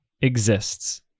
exists